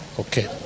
Okay